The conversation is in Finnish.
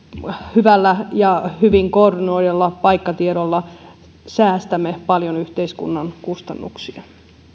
hyvällä ja hyvin koordinoidulla paikkatiedolla todellakin säästämme paljon yhteiskunnan kustannuksia